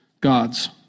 God's